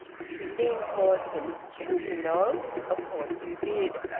she leaned towards him. didn't you know? of course you did.